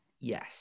Yes